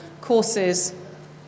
courses